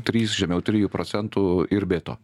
trys žemiau trijų procentų ir be to